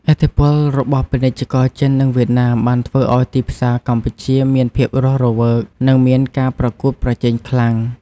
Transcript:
ឥទ្ធិពលរបស់ពាណិជ្ជករចិននិងវៀតណាមបានធ្វើឱ្យទីផ្សារកម្ពុជាមានភាពរស់រវើកនិងមានការប្រកួតប្រជែងខ្លាំង។